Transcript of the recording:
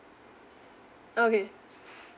okay